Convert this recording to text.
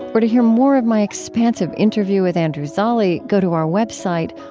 or to hear more of my expansive interview with andrew zolli, go to our website,